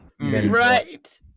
Right